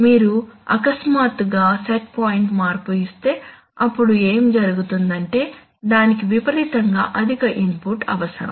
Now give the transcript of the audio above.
మీరు అకస్మాతుగా set point మార్పు ఇస్తే అప్పుడు ఏమి జరుగుతుందంటే దానికి విపరీతంగా అధిక ఇన్పుట్ అవసరం